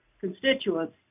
constituents